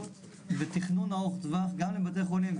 כי שם יש מטופלים כרוניים,